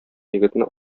егетне